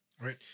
Right